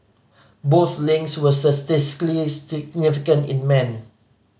both links were statistically significant in men